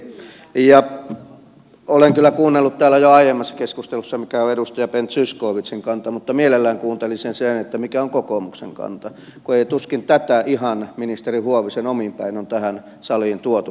ja olen kyllä kuunnellut täällä jo aiemmassa keskustelussa mikä on edustaja ben zyskowiczin kanta mutta mielellään kuuntelisin sen että mikä on kokoomuksen kanta kun tuskin tätä hallituksen esitystä ihan ministeri huovisen omin päin on tähän saliin tuotu